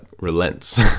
relents